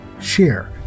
share